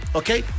okay